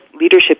leadership